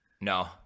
No